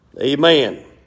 Amen